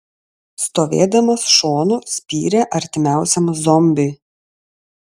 stovėdamas šonu spyrė artimiausiam zombiui